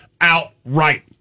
outright